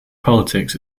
politics